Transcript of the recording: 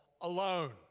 alone